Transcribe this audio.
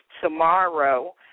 tomorrow